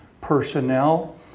Personnel